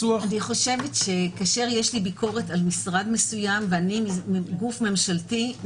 כאשר יש לי ביקורת על משרד מסוים ואני גוף ממשלתי,